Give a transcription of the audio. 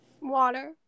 Water